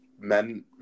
men